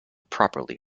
properly